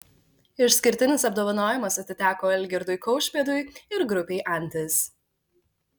išskirtinis apdovanojimas atiteko algirdui kaušpėdui ir grupei antis